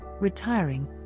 retiring